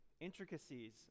intricacies